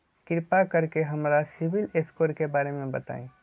कृपा कर के हमरा सिबिल स्कोर के बारे में बताई?